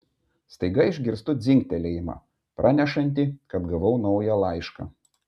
staiga išgirstu dzingtelėjimą pranešantį kad gavau naują laišką